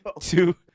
Two